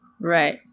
Right